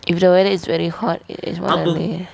if the weather is very hot it is what a may